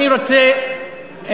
אני רוצה,